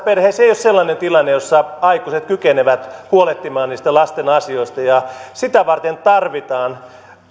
perheissä ei ole sellainen tilanne jossa aikuiset kykenevät huolehtimaan niistä lasten asioista ja sitä varten tarvitaan